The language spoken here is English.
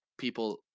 people